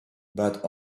but